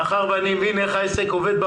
מאחר שאני מבין איך העסק עובד,